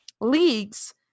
leagues